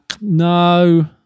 no